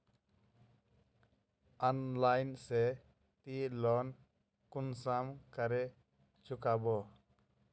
Online से ती loan कुंसम करे चुकाबो?